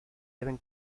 deben